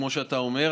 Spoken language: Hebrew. כמו שאתה אומר,